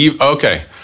okay